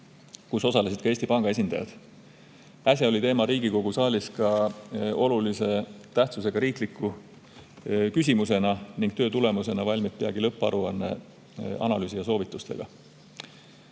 kus osalesid ka Eesti Panga esindajad. Äsja oli teema Riigikogu saalis ka olulise tähtsusega riikliku küsimusena ning töö tulemusena valmib peagi lõpparuanne analüüsi ja soovitustega.